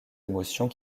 émotions